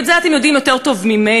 ואת זה אתם יודעים יותר טוב ממני.